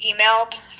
emailed